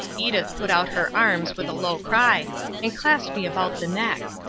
edith put out her arms with a low cry and clasped me about the neck.